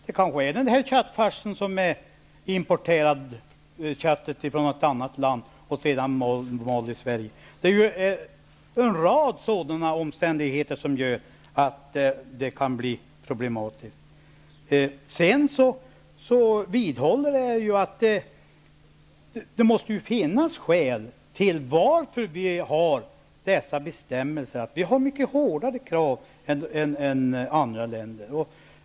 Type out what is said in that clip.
Köttfärsen kanske är gjord på importerat kött som har malts i Sverige. En rad sådana omständigheter gör att det kan bli problematiskt. Sedan vidhåller jag att det måste finnas skäl till att vi har mycket hårdare krav än andra länder.